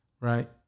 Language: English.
Right